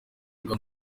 mbuga